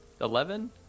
eleven